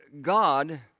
God